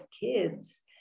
kids